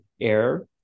air